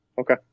Okay